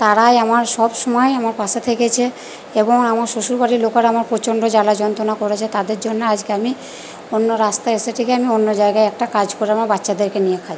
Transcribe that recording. তারাই আমার সব সময় আমার পাশে থেকেছে এবং আমার শ্বশুরবাড়ির লোকেরা আমার প্রচন্ড জ্বালা যন্ত্রণা করেছে তাদের জন্য আজকে আমি অন্য রাস্তায় এসে থেকে আমি অন্য জায়গায় একটা কাজ করে আমার বাচ্চাদেরকে নিয়ে খাই